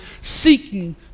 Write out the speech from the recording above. seeking